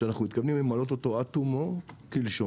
ואנחנו מתכוונים למלא אותו עד תומו וכלשונו.